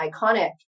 iconic